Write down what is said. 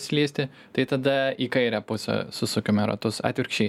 slysti tai tada į kairę pusę susukame ratus atvirkščiai